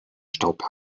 staub